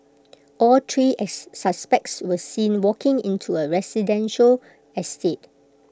all three as suspects were seen walking into A residential estate